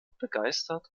begeisterte